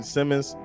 Simmons